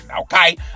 okay